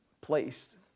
place